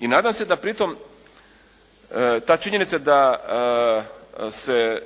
I nadam se da pri tom ta činjenica da se